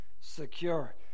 secure